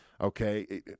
okay